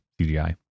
CGI